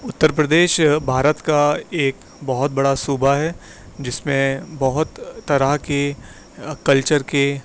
اتر پردیش بھارت کا ایک بہت بڑا صوبہ ہے جس میں بہت طرح کے کلچر کے